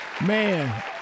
Man